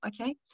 Okay